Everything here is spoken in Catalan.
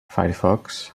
firefox